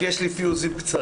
כי יש לי פיוזים קצרים.